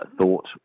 thought